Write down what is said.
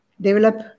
develop